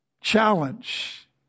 challenge